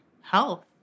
health